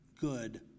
good